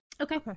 Okay